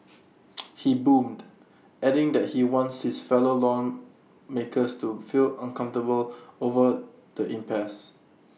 he boomed adding that he wants his fellow lawmakers to feel uncomfortable over the impasse